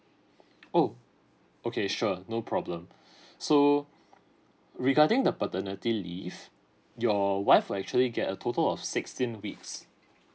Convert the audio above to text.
oh okay sure no problem so regarding the paternity leave your wife will actually get a total of sixteen weeks